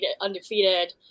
undefeated